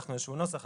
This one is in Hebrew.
שלחנו איזשהו נוסח,